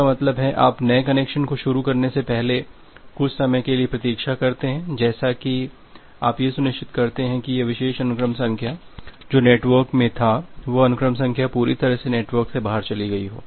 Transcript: इसका मतलब है आप नए कनेक्शन को शुरू करने से पहले कुछ समय के लिए प्रतीक्षा करते हैं जैसे कि आप यह सुनिश्चित करते हैं कि यह विशेष अनुक्रम संख्या जो नेटवर्क में थी वह अनुक्रम संख्या पूरी तरह से नेटवर्क से बाहर चली गई हो